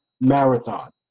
marathon